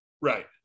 right